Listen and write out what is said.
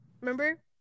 Remember